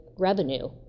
revenue